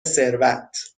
ثروت